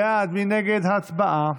בעד, 19, נגד, אין,